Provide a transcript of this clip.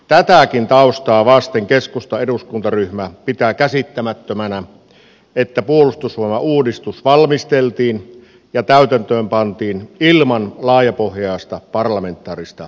tätäkin taustaa vasten keskustan eduskuntaryhmä pitää käsittämättömänä että puolustusvoimauudistus valmisteltiin ja täytäntöönpantiin ilman laajapohjaista parlamentaarista valmistelua